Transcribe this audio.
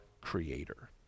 Creator